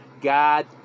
God